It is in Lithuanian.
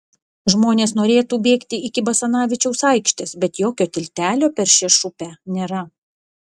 žmonės norėtų bėgti iki basanavičiaus aikštės bet jokio tiltelio per šešupę nėra